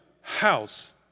house